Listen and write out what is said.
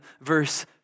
verse